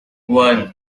one